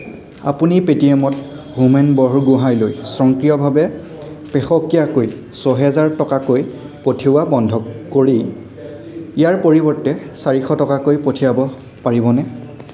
আপুনি পে টি এমত হোমেন বৰগোহাঞিলৈ স্বয়ংক্ৰিয়ভাৱে পেষকীয়াকৈ ছয় হাজাৰ টকাকৈ পঠিওৱা বন্ধ কৰি ইয়াৰ পৰিৱৰ্তে চাৰিশ টকাকৈ পঠিয়াব পাৰিবনে